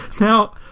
Now